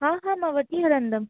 हा हा मां वठी हलंदमि